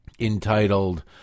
Entitled